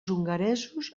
hongaresos